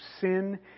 sin